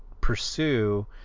pursue